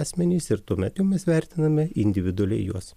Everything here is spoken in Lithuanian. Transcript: asmenys ir tuomet jau mes vertiname individualiai juos